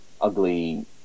ugly